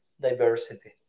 diversity